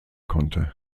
konnte